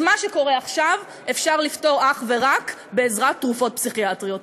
את מה שקורה עכשיו אפשר לפתור אך ורק בעזרת תרופות פסיכיאטריות.